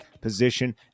position